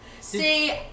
See